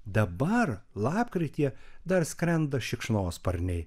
dabar lapkritį dar skrenda šikšnosparniai